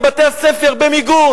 למעלה מ-1,000 הרוגים.